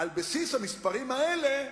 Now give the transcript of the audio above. על בסיס המספרים האלה,